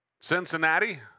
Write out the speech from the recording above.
Cincinnati